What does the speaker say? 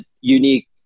unique